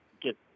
get